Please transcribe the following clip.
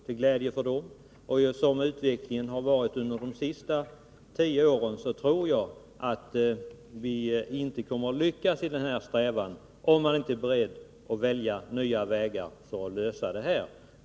Som 24 november 1982 utvecklingen har varit under de senaste tio åren tror jag att vi inte kommer att lyckas i denna strävan, om vi inte är beredda att välja nya vägar för att lösa Statligt stöd åt problemet.